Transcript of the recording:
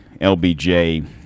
LBJ